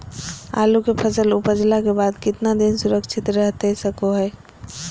आलू के फसल उपजला के बाद कितना दिन सुरक्षित रहतई सको हय?